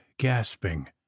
gasping